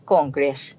Congress